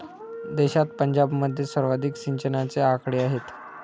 देशात पंजाबमध्ये सर्वाधिक सिंचनाचे आकडे आहेत